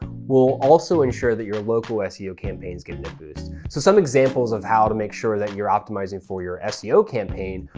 will also ensure that your local ah seo campaigns get that and boost. so some examples of how to make sure that you're optimizing for your seo campaign,